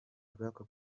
black